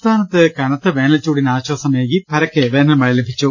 സംസ്ഥാനത്തെ കനത്ത വേനൽച്ചൂടിന് ആശ്വാസമേകി പരക്കെ വേനൽമഴ ലഭിച്ചു